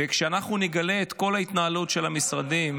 וכשאנחנו נגלה את כל ההתנהלות של המשרדים